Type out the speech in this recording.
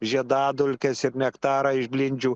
žiedadulkes ir nektarą iš blindžių